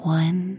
one